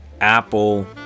Apple